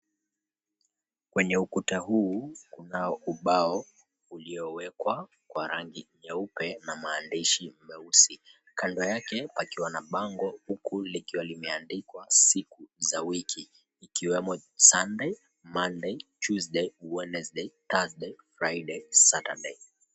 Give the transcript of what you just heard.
Kwenye ukuta huu kunao ubao uliowekwa na kupakwa rangi nyeupe na kuna maandishi meusi, kando yake pakiwa na bango huku likiwa limeandikwa siku za wiki ikiwemo Sunday, Monday, Tuesday, Wednesday, Thursday , Friday, Saturday .